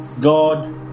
god